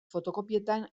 fotokopietan